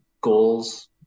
goals